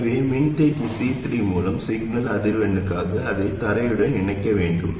எனவே மின்தேக்கி C3 மூலம் சிக்னல் அதிர்வெண்ணுக்காக அதை தரையுடன் இணைக்க வேண்டும்